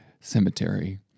cemetery